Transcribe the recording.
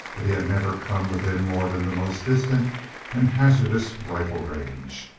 but he had never come within more than the most distant and hazardous rifle range.